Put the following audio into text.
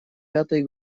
пятой